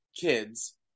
kids